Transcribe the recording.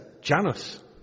Janus